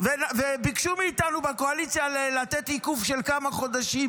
וביקשו מאיתנו בקואליציה לתת עיכוב של כמה חודשים,